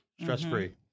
stress-free